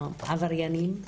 העבריינים,